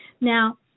Now